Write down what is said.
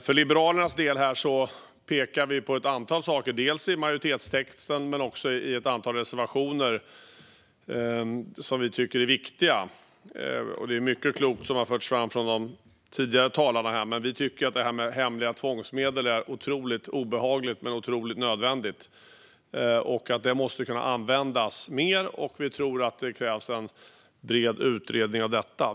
Från Liberalernas sida pekar vi på ett antal saker - dels i majoritetstexten, dels i ett antal reservationer - som vi tycker är viktiga. Det är mycket klokt som har förts fram från de tidigare talarna här. Vi tycker att detta med hemliga tvångsmedel är otroligt obehagligt men otroligt nödvändigt. Det måste kunna användas mer, och vi tror att det krävs en bred utredning om detta.